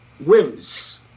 whims